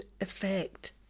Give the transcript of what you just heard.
effect